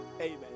Amen